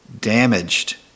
damaged